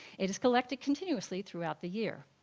it is collected continuously throughout the year.